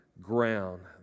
Ground